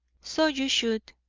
so you should,